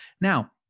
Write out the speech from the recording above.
now